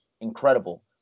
incredible